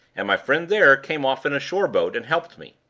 and my friend there came off in a shore-boat and helped me.